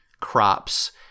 crops